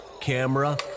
camera